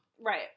Right